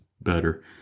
better